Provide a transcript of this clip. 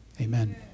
Amen